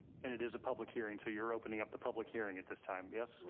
and it is a public hearing. so you're opening up the public hearing at this time? yes.